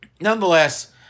Nonetheless